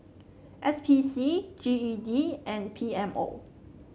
S P C G E D and P M O